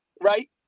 right